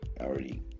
already